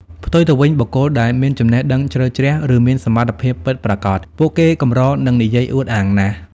ផ្ទុយទៅវិញ បុគ្គលដែលមានចំណេះដឹងជ្រៅជ្រះ ឬមានសមត្ថភាពពិតប្រាកដ ពួកគេកម្រនឹងនិយាយអួតអាងណាស់។